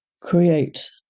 create